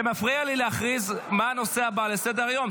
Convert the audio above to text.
זה מפריע לי להכריז מה הנושא הבא על סדר-היום.